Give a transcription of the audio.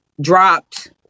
Dropped